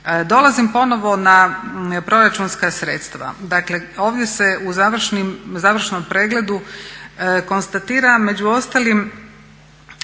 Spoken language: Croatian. Dolazim ponovno na proračunska sredstva. Dakle ovdje se u završnom pregledu konstatira među ostalim